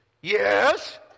Yes